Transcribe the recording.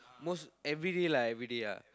most everyday lah everyday ah